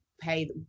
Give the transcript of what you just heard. pay